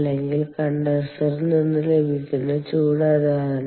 അല്ലെങ്കിൽ കണ്ടൻസറിൽ നിന്ന് ലഭിക്കുന്ന ചൂട് അതാണ്